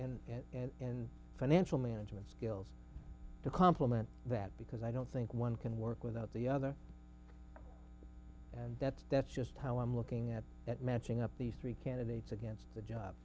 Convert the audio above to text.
budgeting and and financial management skills to complement that because i don't think one can work without the other and that's that's just how i'm looking at that matching up these three candidates against the job